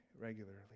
regularly